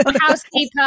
housekeeper